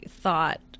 thought